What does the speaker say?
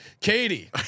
Katie